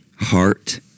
heart